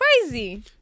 crazy